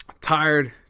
tired